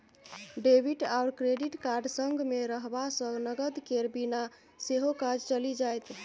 debit आओर credit card संगमे रहबासँ नगद केर बिना सेहो काज चलि जाएत